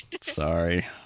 sorry